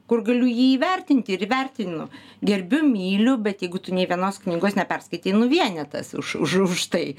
kur galiu jį įvertinti ir įvertinu gerbiu myliu bet jeigu tu nei vienos knygos neperskaitei nu vienetas už už už tai